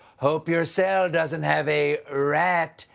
hope your cell doesn't have a rat,